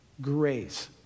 Grace